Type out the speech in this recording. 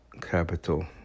capital